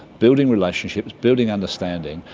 building relationships, building understanding,